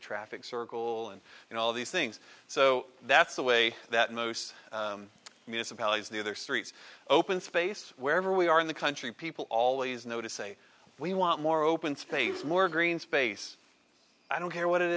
a traffic circle and you know all these things so that's the way that most municipalities the other streets open space wherever we are in the country people always know to say we want more open space more green space i don't care what it